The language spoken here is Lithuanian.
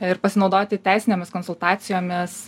ir pasinaudoti teisinėmis konsultacijomis